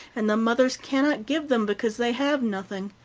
and the mothers can not give them, because they have nothing.